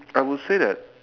I would say that